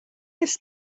oes